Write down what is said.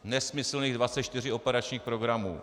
Nesmyslných 24 operačních programů.